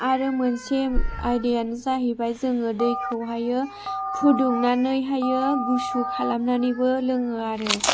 आरो मोनसे आयदायानो जाहैबाय जोङो दैखौहाय फुदुंनानैहाय गुसु खालामनानैबो लोङो आरो